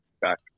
back